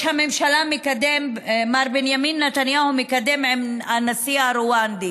הממשלה מר בנימין נתניהו מקדם עם הנשיא רואנדה